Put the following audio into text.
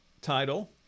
title